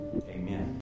amen